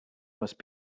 must